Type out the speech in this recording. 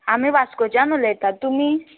आमी वास्कोच्यान उलयतात तुमी